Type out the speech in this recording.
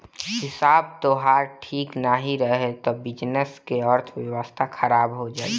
हिसाब तोहार ठीक नाइ रही तअ बिजनेस कअ अर्थव्यवस्था खराब हो जाई